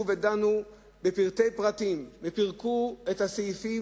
ודנו בפרטי פרטים ופירקו את הסעיפים,